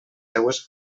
seues